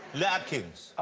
le atkins.